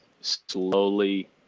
slowly